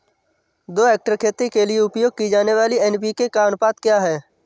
दो हेक्टेयर खेती के लिए उपयोग की जाने वाली एन.पी.के का अनुपात क्या है?